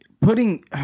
putting